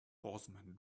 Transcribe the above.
horseman